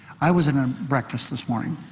i was in a breakfast this morning,